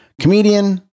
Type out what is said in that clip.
Comedian